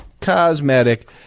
Cosmetic